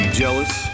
jealous